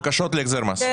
בקשות להחזר מס.